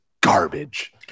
garbage